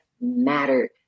mattered